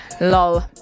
Lol